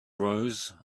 rose